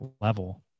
level